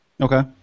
Okay